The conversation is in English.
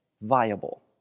viable